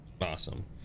awesome